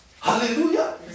Hallelujah